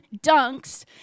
dunks